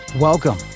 Welcome